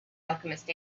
alchemist